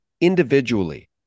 individually